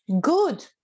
good